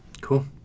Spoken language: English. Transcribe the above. Cool